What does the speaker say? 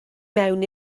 mewn